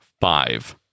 five